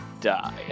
die